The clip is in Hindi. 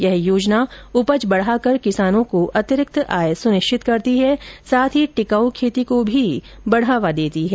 यह योजना उपज बढाकर किसानों को अतिरिक्त आय सुनिश्चित करती हैं साथ ही टिकाउ खेती को भी बढावा देती है